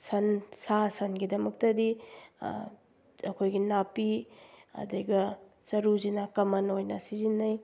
ꯁꯟ ꯁꯥ ꯁꯟꯒꯤꯗꯃꯛꯇꯗꯤ ꯑꯩꯈꯣꯏꯒꯤ ꯅꯥꯄꯤ ꯑꯗꯨꯒ ꯆꯔꯨꯁꯤꯅ ꯀꯝꯃꯟ ꯑꯣꯏꯅ ꯁꯤꯖꯤꯟꯅꯩ